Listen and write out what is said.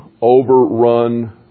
overrun